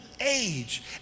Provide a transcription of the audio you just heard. age